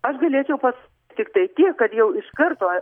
aš galėčiau pas tiktai tiek kad jau iš karto